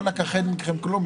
לא נכחד מכם כלום.